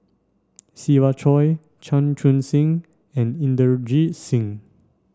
Siva Choy Chan Chun Sing and Inderjit Singh